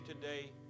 today